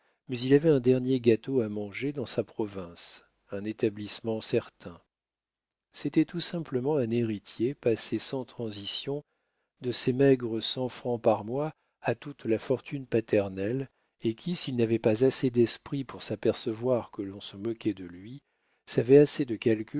mais il avait un dernier gâteau à manger dans sa province un établissement certain c'était tout simplement un héritier passé sans transition de ses maigres cent francs par mois à toute la fortune paternelle et qui s'il n'avait pas assez d'esprit pour s'apercevoir que l'on se moquait de lui savait assez de